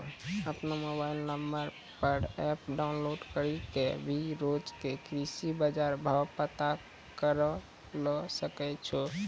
आपनो mobile number पर app download करी कॅ भी रोज के कृषि बाजार भाव पता करै ल सकै छो